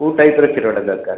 କେଉଁ ଟାଇପର କ୍ଷୀରଟା ଦରକାର